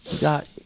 got